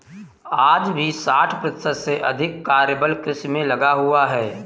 आज भी साठ प्रतिशत से अधिक कार्यबल कृषि में लगा हुआ है